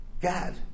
God